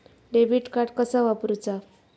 Debit card कसा वापरुचा?